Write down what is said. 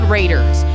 Raiders